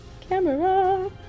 Camera